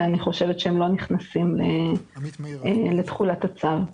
ואני חושבת שהם לא נכנסים לתחולת הצו.